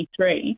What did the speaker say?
2023